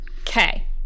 Okay